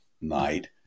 night